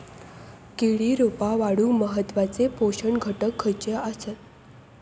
केळी रोपा वाढूक महत्वाचे पोषक घटक खयचे आसत?